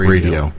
Radio